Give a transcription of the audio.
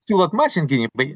siūlot mažint gynybai